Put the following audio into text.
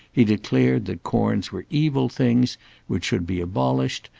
he declared that corns were evil things which should be abolished,